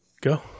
Go